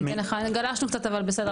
בטח בטח אני אתן לך, גלשנו קצת אבל בסדר.